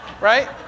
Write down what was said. right